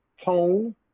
tone